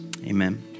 Amen